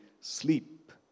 sleep